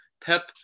Pep